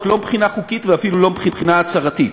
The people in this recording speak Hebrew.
לא מבחינה חוקית ואפילו לא מבחינה הצהרתית.